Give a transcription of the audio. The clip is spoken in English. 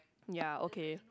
ya okay